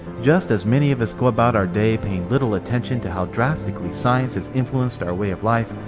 just as many of us go about our day paying little attention to how drastically science has influenced our way of life,